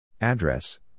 Address